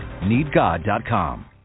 NeedGod.com